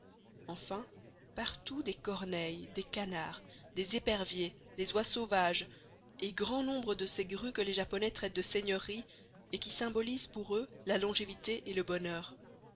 enfin partout des corneilles des canards des éperviers des oies sauvages et grand nombre de ces grues que les japonais traitent de seigneuries et qui symbolisent pour eux la longévité et le bonheur